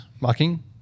Marking